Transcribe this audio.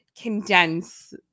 condense